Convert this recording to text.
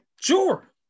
sure